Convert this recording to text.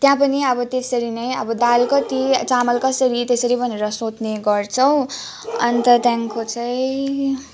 त्यहाँ पनि अब त्यसरी नै अब दाल कति चामल कसरी त्यसरी भनेर सोध्ने गर्छौँ अन्त त्यहाँदेखिको चाहिँ